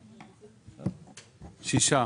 שישה,